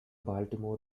baltimore